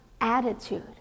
attitude